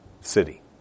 city